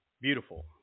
Beautiful